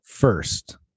First